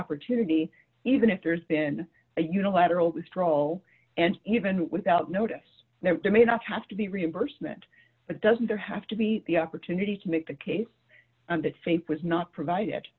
opportunity even if there's been a unilateral withdrawal and even without notice that there may not have to be reimbursement but doesn't there have to be the opportunity to make the case that faith was not provide